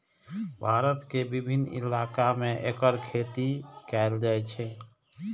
भारत के विभिन्न इलाका मे एकर खेती कैल जाइ छै